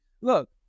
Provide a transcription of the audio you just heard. Look